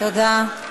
תודה.